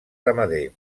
ramader